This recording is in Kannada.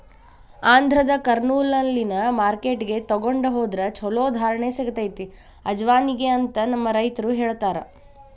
ಆಂಧ್ರದ ಕರ್ನೂಲ್ನಲ್ಲಿನ ಮಾರ್ಕೆಟ್ಗೆ ತೊಗೊಂಡ ಹೊದ್ರ ಚಲೋ ಧಾರಣೆ ಸಿಗತೈತಿ ಅಜವಾನಿಗೆ ಅಂತ ನಮ್ಮ ರೈತರು ಹೇಳತಾರ